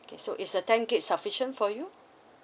okay so is uh ten gig sufficient for you